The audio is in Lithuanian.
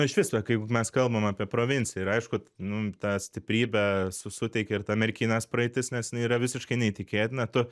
išvis va kai mes kalbam apie provinciją ir aišku nu tą stiprybę suteikia ir ta merkinės praeitis nes jinai yra visiškai neįtikėtina tu